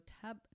tab